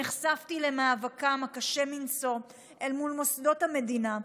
נחשפתי למאבקן הקשה מנשוא אל מול מוסדות המדינה.